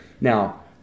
Now